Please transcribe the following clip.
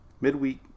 midweek